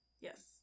Yes